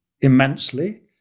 immensely